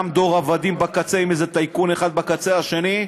גם דור עבדים בקצה עם איזה טייקון אחד בקצה השני,